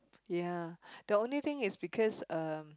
ya the only thing is because uh